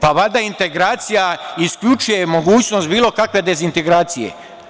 Pa, valjda integracija isključuje mogućnost bilo kakve dezintegracije.